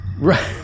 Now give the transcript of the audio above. Right